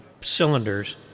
cylinders